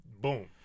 boom